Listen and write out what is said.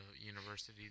university